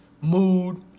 mood